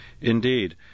Indeed